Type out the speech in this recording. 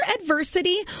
adversity